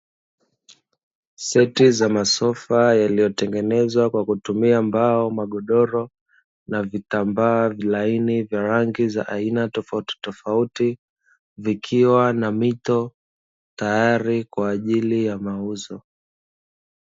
Seti za masofa yaliyotengenezwa kwa kutumia mbao, magodoro na vitambaa vilaini vya rangi za aina tofautitofauti, vikiwa na mito tayari kwa ajili ya mauzo.